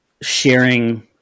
sharing